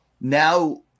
now